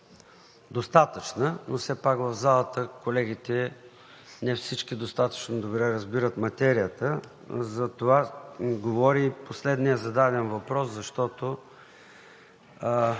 достатъчна, но все пак в залата колегите – не всички достатъчно добре разбират материята. За това говори и последният зададен въпрос, защото